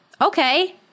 okay